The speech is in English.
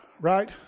right